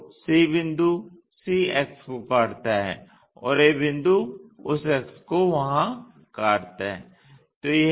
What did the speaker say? तो c बिंदु c अक्ष को काटता है और a बिंदु उस अक्ष को वहां काटता है